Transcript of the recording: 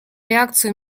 реакцию